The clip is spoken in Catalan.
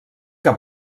que